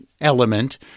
element